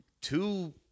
two